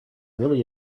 really